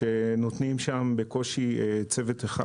כשנותנים שם בקושי צוות אחד.